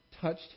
touched